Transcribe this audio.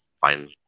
fine